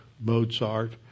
Mozart